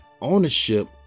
ownership